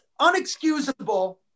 unexcusable